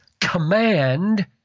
command